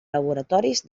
laboratoris